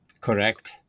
Correct